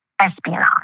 espionage